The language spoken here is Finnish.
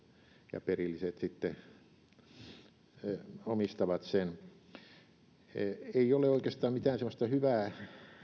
ja perilliset omistavat sen tähän ei ole oikeastaan mitään semmoista hyvää